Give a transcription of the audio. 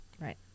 Right